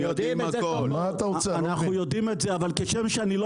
אנחנו יודעים את זה אבל כשם שאני לא